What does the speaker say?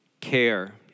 care